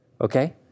Okay